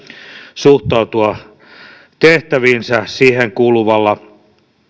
suhtautua tehtäviinsä siihen kuuluvalla